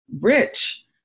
rich